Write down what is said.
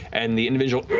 and the individual